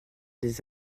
des